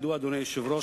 אדוני היושב-ראש,